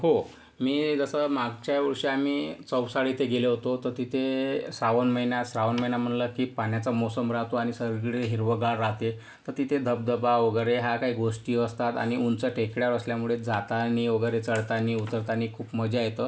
हो मी जसं मागच्या वर्षी आम्ही चौसाळा इथे गेलो होतो तर तिथे श्रावण महिना श्रावण महिना म्हणलं की पाण्याचा मोसम राहतो आणि सगळीकडे हिरवंगार राहते तर तिथे धबधबा वगैरे ह्या काही गोष्टी असतात आणि उंच टेकड्या असल्यामुळे जाताना वगैरे चढताना उतरताना खूप मजा येतं